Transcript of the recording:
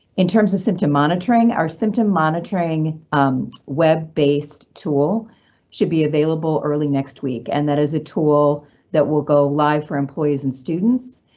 in terms of symptom monitoring, our symptom monitoring web based tool should be available early next week. and that is a tool that will go live for employees and students,